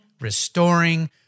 restoring